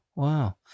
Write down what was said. Wow